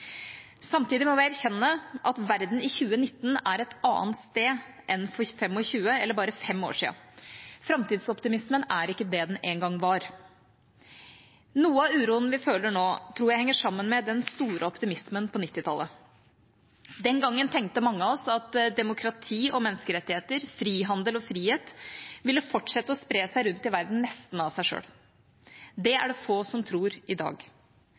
Samtidig må vi erkjenne at verden i 2019 er et annet sted enn for 25 – eller bare 5 – år siden. Framtidsoptimismen er ikke det den en gang var. Noe av uroen vi føler nå, tror jeg henger sammen med den store optimismen på 1990-tallet. Den gangen tenkte mange av oss at demokrati og menneskerettigheter, frihandel og frihet ville fortsette å spre seg rundt i verden, nesten av seg selv. Det er det få som tror i dag.